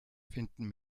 finden